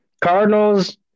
Cardinals